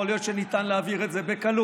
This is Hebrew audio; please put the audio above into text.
יכול להיות שניתן להעביר את זה בקלות,